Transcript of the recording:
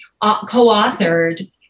co-authored